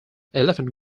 elephant